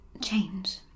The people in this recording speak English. change